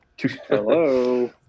Hello